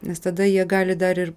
nes tada jie gali dar ir